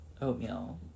oatmeal